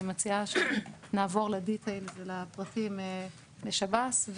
אני מציעה שנעבור ל-details ולפרטים בשב"ס.